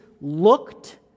looked